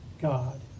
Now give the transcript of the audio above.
God